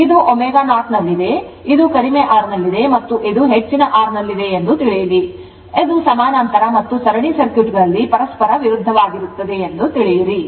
ಆದ್ದರಿಂದ ಇದು ω0 ನಲ್ಲಿದೆ ಇದು ಕಡಿಮೆ R ನಲ್ಲಿದೆ ಮತ್ತು ಇದು ಹೆಚ್ಚಿನ R ನಲ್ಲಿದೆ ಎಂದು ತಿಳಿಯಿರಿ ಅದು ಸಮಾನಾಂತರ ಮತ್ತು ಸರಣಿ ಸರ್ಕ್ಯೂಟ್ ಗಳಲ್ಲಿ ಪರಸ್ಪರ ವಿರುದ್ಧವಾಗಿರುತ್ತದೆ ಎಂದು ತಿಳಿಯಿರಿ